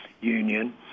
union